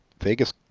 Vegas